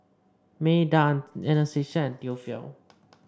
Meda Anastasia and Theophile